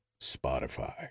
Spotify